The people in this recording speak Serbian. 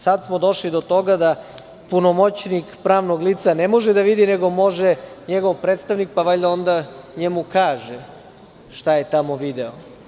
Sad smo došli do toga da punomoćnik pravnog lica ne može da vidi, nego može njegov predstavnik, pa valjda onda njemu kaže šta je tamo video.